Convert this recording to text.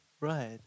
Right